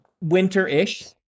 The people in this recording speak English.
winter-ish